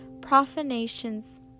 profanations